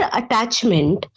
attachment